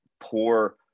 poor